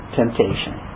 temptation